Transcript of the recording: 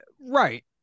right